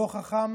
לא חכם,